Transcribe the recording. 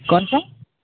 कौन सा